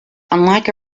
unlike